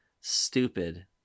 stupid